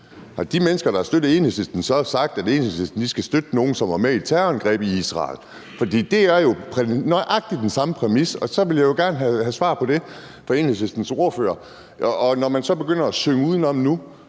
at de mennesker, der har støttet Enhedslisten, har sagt, at Enhedslisten skulle støtte nogle, som var med i et terrorangreb i Israel? For det er jo nøjagtig den samme præmis. Det vil jeg gerne have svar på fra Enhedslistens ordfører. Nu